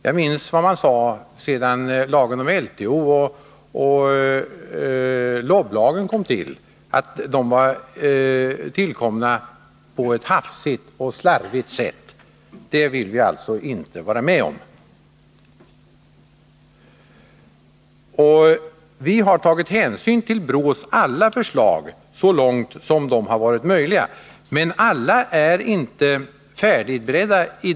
Jag minns vad som sades efter LTO:s och LOB:s tillkomst, nämligen att dessa var tillkomna på ett hafsigt och slarvigt sätt: Det vill vi alltså inte vara med om. Vi har tagit hänsyn till BRÅ:s alla förslag så långt detta har varit möjligt. Men alla är ännu inte färdigberedda.